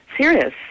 serious